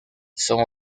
son